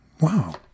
wow